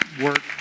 work